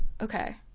Okay